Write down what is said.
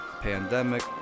Pandemic